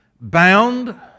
bound